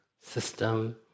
system